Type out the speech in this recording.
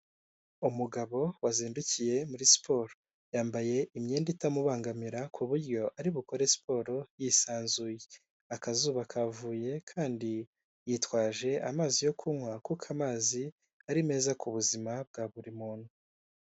Umugabo wazindukiye muri siporo, yambaye imyenda itamubangamira ku buryo ari bukore siporo yisanzuye, akazuba kavuye kandi yitwaje amazi yo kunywa kuko amazi ari meza ku buzima bwa buri muntu.